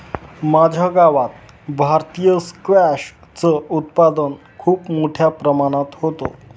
माझ्या गावात भारतीय स्क्वॅश च उत्पादन खूप मोठ्या प्रमाणात होतं